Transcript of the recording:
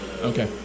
Okay